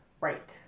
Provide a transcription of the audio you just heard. Right